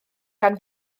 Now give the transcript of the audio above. gan